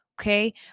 okay